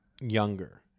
Younger